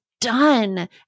done